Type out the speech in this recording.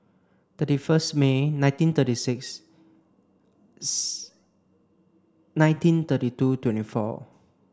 thirty first May nineteen thirty six nineteen thirty two twenty four